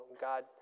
God